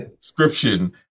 description